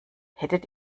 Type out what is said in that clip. hättet